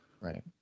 Right